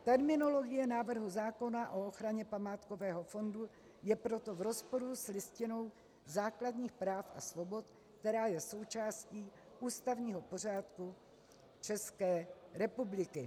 Terminologie návrhu zákona o ochraně památkového fondu je proto v rozporu s Listinou základních práv a svobod, která je součástí ústavního pořádku České republiky.